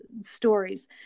stories